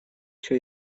się